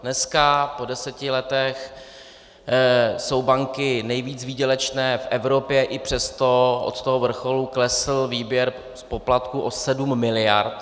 Dneska po deseti letech jsou banky nejvíc výdělečné v Evropě, i přesto od toho vrcholu klesl výběr z poplatků o sedm miliard.